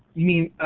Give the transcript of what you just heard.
mean,